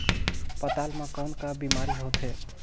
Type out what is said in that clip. पातल म कौन का बीमारी होथे?